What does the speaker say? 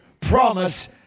promise